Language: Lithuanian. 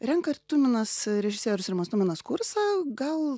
renka ir tuminas režisierius rimas tuminas kursą gal